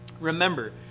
Remember